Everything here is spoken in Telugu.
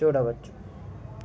చూడవచ్చు